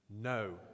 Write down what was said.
No